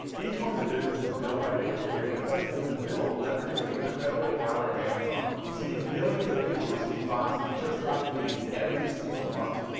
each one of the businesses built by the people here with us have been built leveraging the incredible power of amazon. you see, millions of people receive boxes just like these every single month.